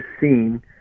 seen